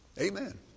Amen